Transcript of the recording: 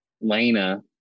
Lena